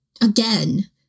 again